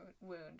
wound